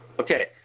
Okay